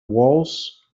walls